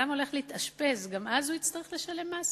אדם הולך להתאשפז, גם אז הוא יצטרך לשלם מס?